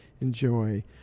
enjoy